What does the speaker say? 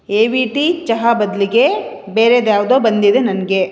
ಏ V T ಚಹಾ ಬದಲಿಗೆ ಬೇರೇದ್ಯಾವುದೋ ಬಂದಿದೆ ನನಗೆ